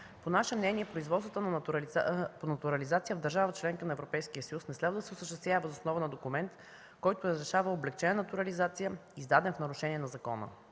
По наше мнение производството по натурализация в държава – членка на Европейския съюз, не следва да се осъществява въз основа на документ, който разрешава облекчена натурализация, издаден в нарушение на закона.